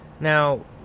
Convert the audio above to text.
Now